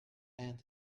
end